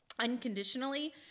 unconditionally